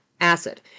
acid